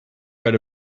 read